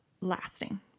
lasting